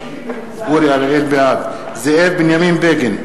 בעד זאב בנימין בגין,